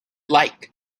like